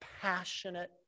passionate